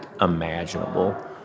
imaginable